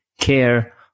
care